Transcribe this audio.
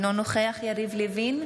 אינו נוכח יריב לוין,